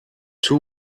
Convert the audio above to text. two